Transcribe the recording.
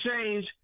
change